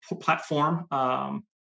platform